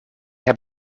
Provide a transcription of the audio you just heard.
heb